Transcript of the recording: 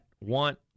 want